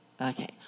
Okay